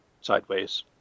sideways